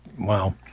wow